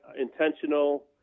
intentional